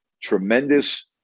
tremendous